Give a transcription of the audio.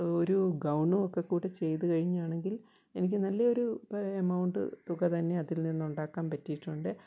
ഒരു ഗൌണും ഒക്കെ കൂടെ ചെയ്ത് കഴിയുകയാണെങ്കിൽ എനിക്ക് നല്ലൊരു ഇപ്പം എമൗണ്ട് തുക തന്നെ അതിൽനിന്നുണ്ടാക്കാൻ പറ്റിയിട്ടുണ്ട്